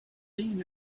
seen